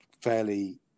fairly